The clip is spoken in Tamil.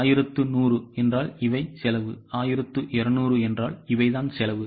1100 என்றால் இவை செலவு 1200 என்றால் இவைதான் செலவு